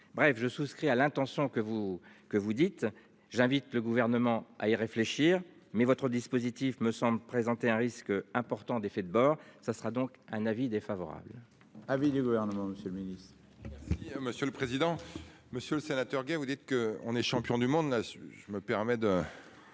Bref je souscris à l'intention que vous que vous dites j'invite le gouvernement à y réfléchir mais votre dispositif me semble présenter un risque important d'effets de bord, ça sera donc un avis défavorable.